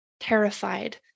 terrified